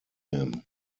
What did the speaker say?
him